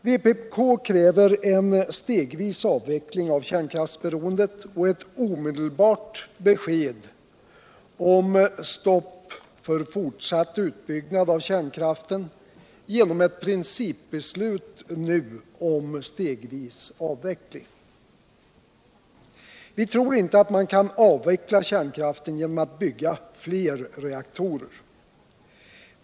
Ypk kräver en stegvis avveckling av kärnkraftsberoendet och ett omedel 'n tv bart besked om stopp för fortsatt utbyggnad av kärnkraften genom ctt principbeslut nu om stegvis avveckling. Vi tror inte att man kan avveckla kärnkraften genom att bygga fler reaktorer.